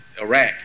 Iraq